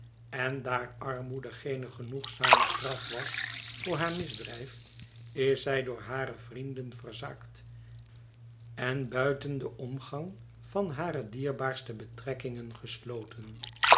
en daar armoede geene genoegzame straf was voor haar misdrijf is zij door hare vrienden verzaakt en buiten den omgang van hare dierbaarste betrekkingen gesloten